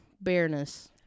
bareness